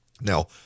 Now